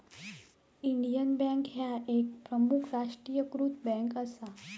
Indian bank ह्या एक प्रमुख राष्ट्रीयीकृत बँक असा